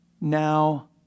now